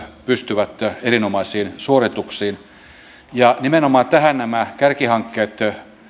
pystyvät erinomaisiin suorituksiin nimenomaan tähän nämä kärkihankkeet